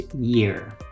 year